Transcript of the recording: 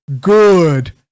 good